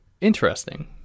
interesting